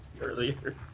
earlier